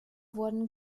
wurden